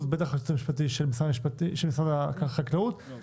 והייעוץ המשפטי של משרד החקלאות בוודאי ראו אותו,